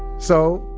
so,